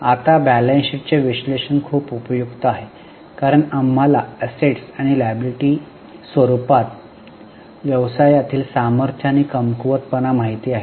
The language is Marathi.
आता बॅलन्स शीटचे विश्लेषण खूप उपयुक्त आहे कारण आम्हाला असेट्स आणि लायबिलिटी रूपात व्यवसायातील सामर्थ्य आणि कमकुवत पणा माहित आहे